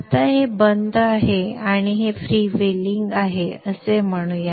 आता हे बंद आहे आणि हे फ्रीव्हीलिंग आहे असे म्हणूया